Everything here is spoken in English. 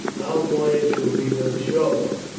our voyage will be but a short one.